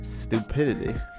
stupidity